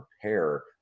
prepare